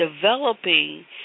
developing